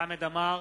חמד עמאר,